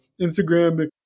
Instagram